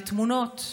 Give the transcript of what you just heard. בתמונות,